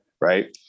right